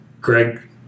Greg